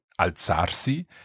alzarsi